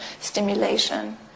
stimulation